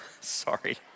sorry